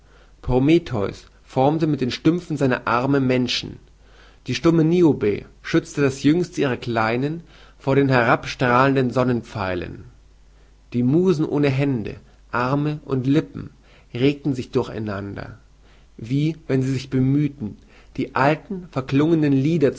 prometheus formte mit den stümpfen seiner arme menschen die stumme niobe schützte das jüngste ihrer kleinen vor den herabstrahlenden sonnenpfeilen die musen ohne hände arme und lippen regten sich durcheinander wie wenn sie sich bemüheten die alten